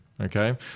okay